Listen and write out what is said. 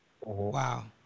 Wow